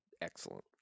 Excellent